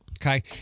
Okay